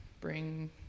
bring